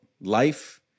life